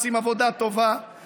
עושים עבודה טובה,